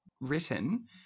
written